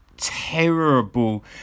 Terrible